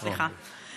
סגן השר, סליחה.